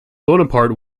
bonaparte